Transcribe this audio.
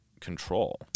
control